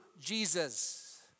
Jesus